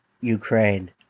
Ukraine